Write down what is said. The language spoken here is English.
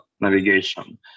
navigation